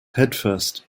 headfirst